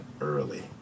early